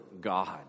God